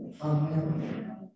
Amen